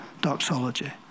doxology